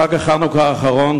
בחג החנוכה האחרון,